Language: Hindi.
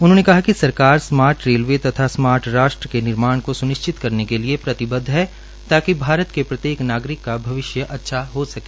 उन्होंने कहा कि सरकार स्मार्ट रेलवे तथा स्मार्ट राष्ट्र के निर्माण को स्निश्चित करने के लिए प्रतिबद्व है ताकि भारत के प्रत्येक नागरिक का भविष्य अच्छा हो सके